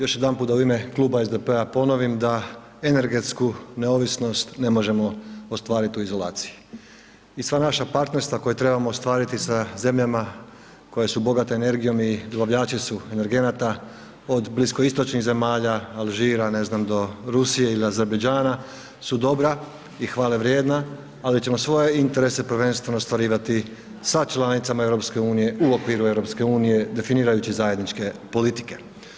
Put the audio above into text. Još jedanput da u ime Kluba SDP-a ponovim da energetsku neovisnost ne možemo ostvarit u izolaciji i sva naša partnerstva koja trebamo ostvariti sa zemljama koje su bogate energijom i dobavljači su energenata, od Bliskoistočnih zemalja Alžira, ne znam do Rusije ili Azerbajdžana su dobra i hvale vrijedna, ali ćemo svoje interese prvenstvo ostvarivati sa članicama EU u okviru EU definirajući zajedničke politike.